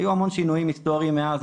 היו המון שינויים היסטוריים מאז,